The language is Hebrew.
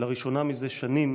לראשונה זה שנים